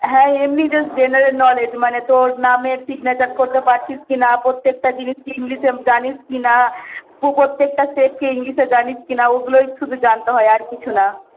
হ্যাঁ এমনি just general knowledge মানে তোর নামের সিগনেচার করতে পারছিস কি না প্রত্যেকটা জিনিস ইংলিশে জানিস কি না প্রত্যেকটা শেপকে ইংলিশে জানিস কি না ওগুলোই শুধু জানতে হয় আর কিছু না